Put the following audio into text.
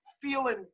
feeling